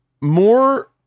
more